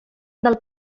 del